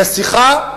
לשיחה,